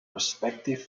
perspective